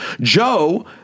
Joe